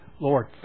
Lord